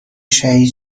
شهید